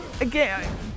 again